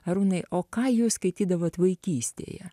arūnai o ką jūs skaitydavot vaikystėje